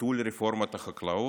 ביטול רפורמת החקלאות.